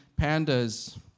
pandas